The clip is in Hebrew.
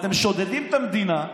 אתם שודדים את המדינה,